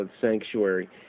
sanctuary